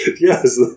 Yes